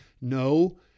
No